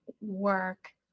work